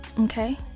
Okay